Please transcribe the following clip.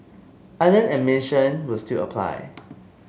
island admission will still apply